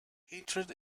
hatred